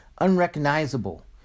unrecognizable